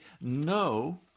no